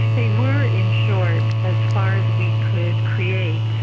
they were, in short, as far as we could create,